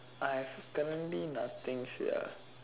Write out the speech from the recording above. I have currently nothing sia